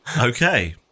Okay